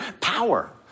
power